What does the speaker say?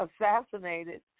assassinated